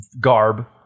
garb